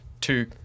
two